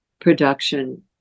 production